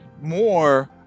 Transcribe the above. more